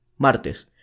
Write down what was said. martes